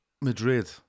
Madrid